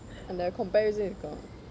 அந்த:antha comparison இருக்கும்:irukkum